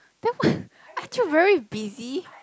then what aren't you very busy